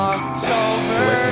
October